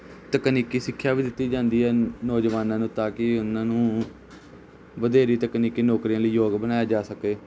ਤਕਨੀਕੀ ਸਿੱਖਿਆ ਵੀ ਦਿੱਤੀ ਜਾਂਦੀ ਹੈ ਨੌਜਵਾਨਾਂ ਨੂੰ ਤਾਂ ਕਿ ਉਹਨਾਂ ਨੂੰ ਵਧੇਰੀ ਤਕਨੀਕੀ ਨੌਕਰੀਆਂ ਲਈ ਯੋਗ ਬਣਾਇਆ ਜਾ ਸਕੇ